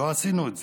ולא עשינו את זה.